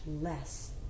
less